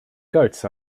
goats